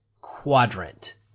quadrant